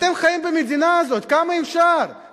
אתם חיים במדינה הזאת, כמה אפשר?